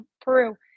Peru